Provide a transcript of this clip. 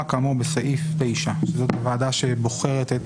כאמור בסעיף 9. זו ועדה שבוחרת את